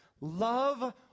Love